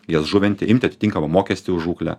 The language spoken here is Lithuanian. jas žuvinti imti atitinkamą mokestį už žūklę